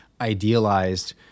idealized